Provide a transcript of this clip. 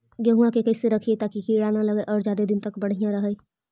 गेहुआ के कैसे रखिये ताकी कीड़ा न लगै और ज्यादा दिन तक बढ़िया रहै?